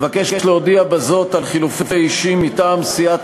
אבקש להודיע בזאת על חילופי אישים מטעם סיעת